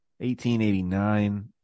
1889